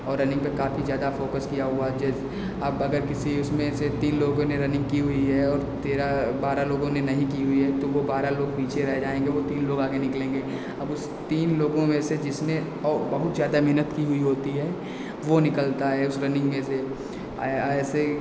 और रनिंग पर काफी ज़्यादा फोकस किया हुआ है जैसे अब अगर किसी उसमें से तीन लोगों ने रनिंग की हुई है और तेरह बारह लोगों ने नहीं की हुई है तो वह बारा लोग पीछे रह जायेंगे वह तीन लोग आगे निकलेंगे अब उस तीन लोगों में से जिसने और बहुत ज़्यादा मेहनत की हुई होती है वह निकलता है उस रनिंग में से अयए अए ऐसे